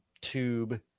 tube